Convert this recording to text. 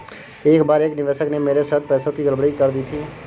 एक बार एक निवेशक ने मेरे साथ पैसों की गड़बड़ी कर दी थी